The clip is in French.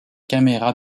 caméras